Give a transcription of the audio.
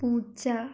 പൂച്ച